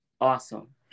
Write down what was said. Awesome